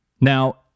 Now